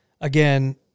again